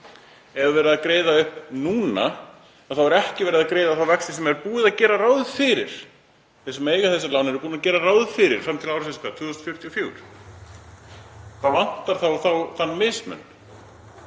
Ef verið er að greiða upp núna er ekki verið að greiða þá vexti sem er búið að gera ráð fyrir, sem þeir sem eiga þessi lán eru búnir að gera ráð fyrir, fram til hvað, ársins 2044. Það vantar þá þann mismun.